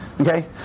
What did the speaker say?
okay